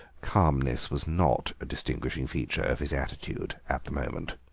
calmness was not a distinguishing feature of his attitude at the moment.